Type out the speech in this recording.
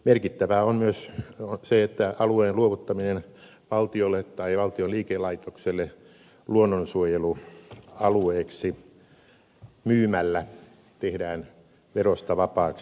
merkittävää on myös se että alueen luovuttaminen valtiolle tai valtion liikelaitokselle luonnonsuojelualueeksi myymällä tehdään verosta vapaaksi